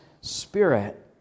Spirit